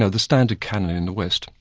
ah the standard canon in the west,